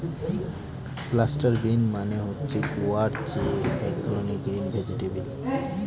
cluster bean মানে হচ্ছে গুয়ার যে এক ধরনের গ্রিন ভেজিটেবল